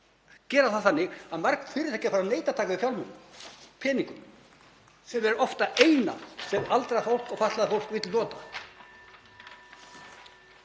gera það þannig að mörg fyrirtæki eru farin að neita að taka við peningum sem er oft það eina sem aldrað fólk og fatlað fólk vill nota.